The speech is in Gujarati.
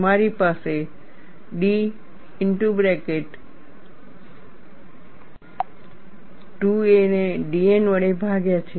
તમારી પાસે d ને dN વડે ભાગ્યા છે